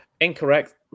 Incorrect